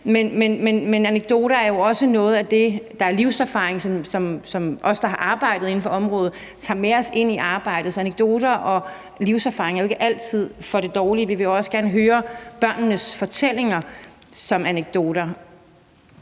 Med anekdoter er jo også noget af det, der er livserfaring, og som vi, der har arbejdet inden for området, tager med os ind i arbejdet, så anekdoter og livserfaring er jo ikke altid af det dårlige. Vi vil også gerne høre børnenes fortællinger som anekdoter.